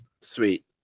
sweet